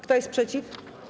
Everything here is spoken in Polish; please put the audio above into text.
Kto jest przeciw?